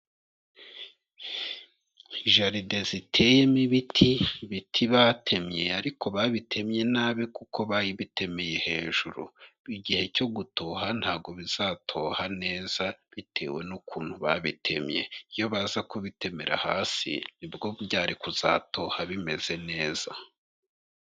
Jardin ziteyemo ibiti, ibiti batemye ariko babitemye nabi kuko babitemeye hejuru, igihe cyo gutoha ntabwo bizatoha neza bitewe n'ukuntu babitemye, iyo baza kubitemera hasi ni bwo byari kuzatoha bimeze neza.